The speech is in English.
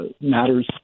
matters